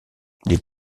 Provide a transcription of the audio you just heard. les